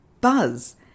buzz